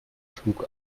schlug